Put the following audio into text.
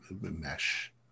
mesh